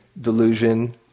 delusion